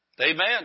Amen